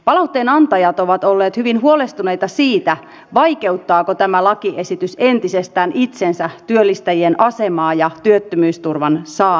palautteen antajat ovat olleet hyvin huolestuneita siitä vaikeuttaako tämä lakiesitys entisestään itsensä työllistäjien asemaa ja työttömyysturvan saamista